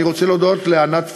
אני רוצה להודות לענת פייער,